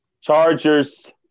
Chargers